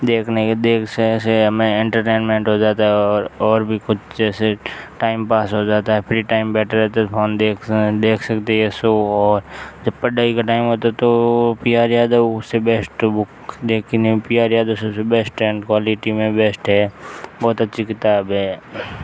देखने के इंटर्टेंमेंट हो जाता हैं और और भी कुछ जैसे टाइमपास हो जाता हैं फ्री टाइम बैठे रहते हैं ऑन देख सक देख सकते हैं शो और जब पढ़ाई का टाइम होता हैं तो पी आर यादव से बेस्ट बुक देख नहीं पी आर यादव बेस्ट हैं क्वालिटी में बेस्ट हैं बहुत अच्छी किताब हैं